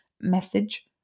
message